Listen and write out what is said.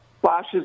flashes